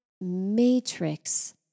matrix